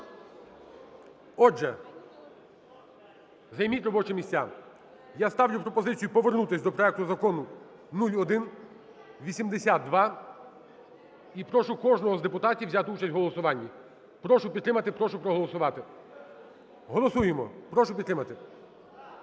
Отже, займіть робочі місця. Я ставлю пропозицію повернутись до проекту Закону 0182 і прошу кожного з депутатів взяти участь в голосуванні. Прошу підтримати, прошу проголосувати. Голосуємо, прошу підтримати.